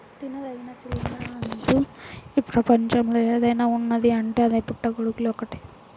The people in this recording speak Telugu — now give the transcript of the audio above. తినదగిన శిలీంద్రం అంటూ ఈ ప్రపంచంలో ఏదైనా ఉన్నదీ అంటే అది పుట్టగొడుగులు ఒక్కటే